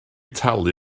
talu